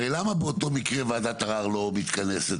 הרי, למה באותו מקרה וועדת ערר לא מתכנסת?